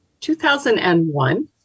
2001